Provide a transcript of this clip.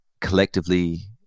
collectively